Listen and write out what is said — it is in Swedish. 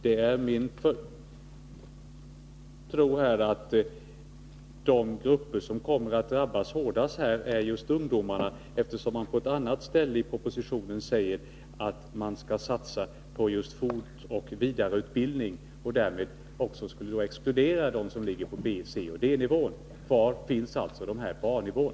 Jag tror att de som hårdast kommer att drabbas är ungdomarna. På ett ställe i propositionen sägs det ju att man skall satsa på just fortbildning och vidareutbildning. Därmed skulle kurserna på B-, C och D-nivåerna exkluderas. Kvar finns alltså kurserna på A-nivån.